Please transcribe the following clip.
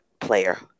player